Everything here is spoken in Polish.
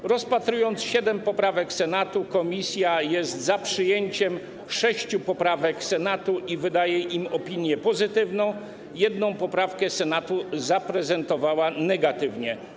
Po rozpatrzeniu siedmiu poprawek Senatu komisja jest za przyjęciem sześciu poprawek Senatu i wydaje im opinię pozytywną, jedną zaś poprawkę Senatu prezentuje negatywnie.